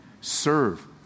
Serve